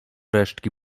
resztki